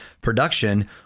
Production